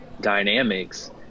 dynamics